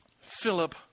Philip